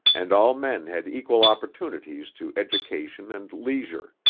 and all men had equal opportunities to education and leisure.